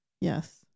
Yes